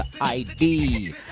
ID